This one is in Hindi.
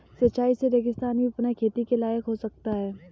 सिंचाई से रेगिस्तान भी पुनः खेती के लायक हो सकता है